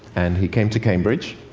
and he came to cambridge.